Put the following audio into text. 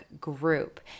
group